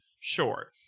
Sure